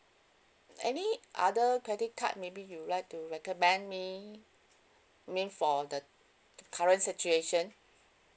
any other credit card maybe you'd like to recommend me mean for the current situation